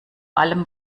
allem